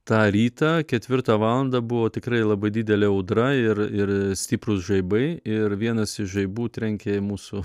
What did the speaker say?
tą rytą ketvirtą valandą buvo tikrai labai didelė audra ir ir stiprūs žaibai ir vienas iš žaibų trenkė į mūsų